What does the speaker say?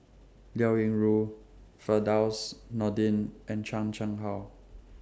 Liao Yingru Firdaus Nordin and Chan Chang How